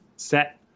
set